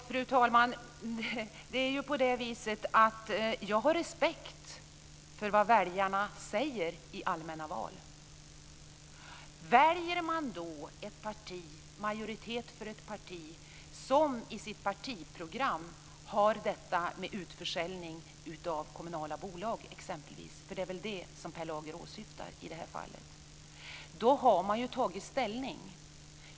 Fru talman! Jag har respekt för vad väljarna säger i allmänna val. Väljer man då majoritet för ett parti som i sitt partiprogram har exempelvis utförsäljningen av kommunala bolag - det är väl det Per Lager åsyftar i det här fallet - så har man tagit ställning.